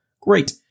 Great